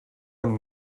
amb